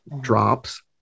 Drops